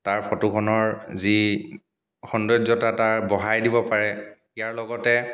তাৰ ফটোখনৰ যি সৌন্দৰ্য্যতা তাৰ বঢ়াই দিব পাৰে ইয়াৰ লগতে